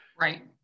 Right